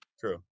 true